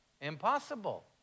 Impossible